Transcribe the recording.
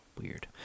weird